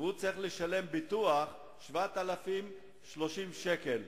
והוא צריך לשלם ביטוח 7,030 שקלים.